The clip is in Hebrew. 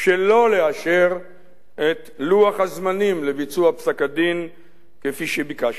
שלא לאשר את לוח הזמנים לביצוע פסק-הדין כפי שביקשנו.